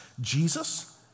Jesus